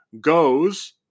goes